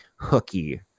hooky